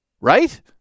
Right